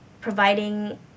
providing